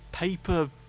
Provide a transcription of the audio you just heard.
Paper